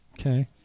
okay